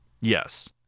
Yes